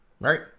Right